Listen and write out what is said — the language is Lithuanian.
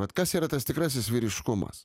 vat kas yra tas tikrasis vyriškumas